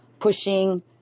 Pushing